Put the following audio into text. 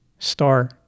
star